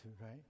right